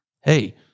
Hey